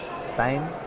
Spain